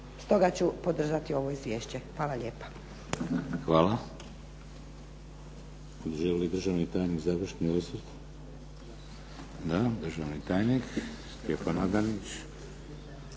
Stoga ću podržati ovo izvješće. Hvala lijepo.